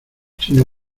sino